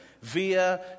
via